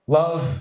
love